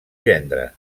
gendre